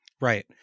right